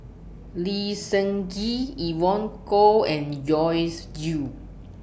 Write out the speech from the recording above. Lee Seng Gee Evon Kow and Joyce Jue